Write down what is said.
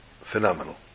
phenomenal